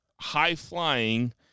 high-flying